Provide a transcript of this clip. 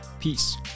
Peace